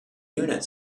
unit